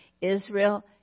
Israel